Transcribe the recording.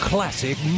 Classic